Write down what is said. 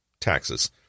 taxes